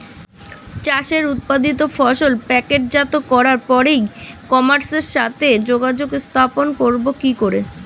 চাষের উৎপাদিত ফসল প্যাকেটজাত করার পরে ই কমার্সের সাথে যোগাযোগ স্থাপন করব কি করে?